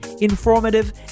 informative